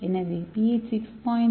எனவே pH 6